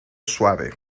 suave